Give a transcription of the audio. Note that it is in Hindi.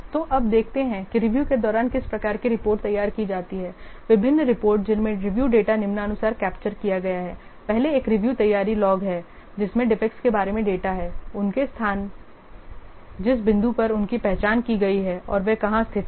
तो अब देखते हैं कि रिव्यू के दौरान किस प्रकार की रिपोर्ट तैयार की जाती है विभिन्न रिपोर्ट जिनमें रिव्यू डेटा निम्नानुसार कैप्चर किया गया है पहले एक रिव्यू तैयारी लॉग है जिसमें डिफेक्टस के बारे में डेटा है उनके स्थान जिस बिंदु पर उनकी पहचान की गई है और वे कहाँ स्थित हैं